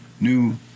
new